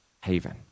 haven